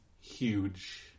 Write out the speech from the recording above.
huge